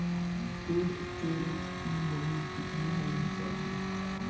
Cold storage की नमी कितनी होनी चाहिए?